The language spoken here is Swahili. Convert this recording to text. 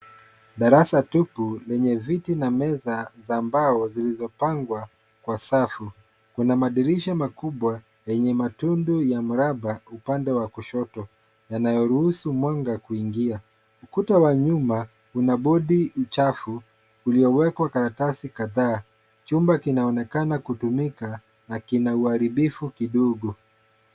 Darasa tupu lenye viti na meza za mbao zilizo pangwa kwa safu lina madirisha makubwa yenye matundu upande wa kushoto yanawaruhusu mwanga kuingia. ukuta wa nyuma kuna bodi mchafu uliowekwa karatasi kadhaa. Chumba kinaonekana kutumika lakini kina uharibifu kidogo